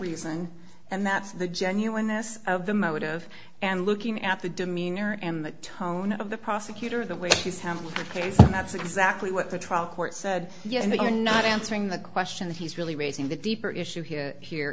reason and that's the genuineness of the motive and looking at the demeanor and the tone of the prosecutor the way he's handled the case and that's exactly what the trial court said yes but you're not answering the question that he's really raising the deeper issue here here